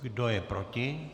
Kdo je proti?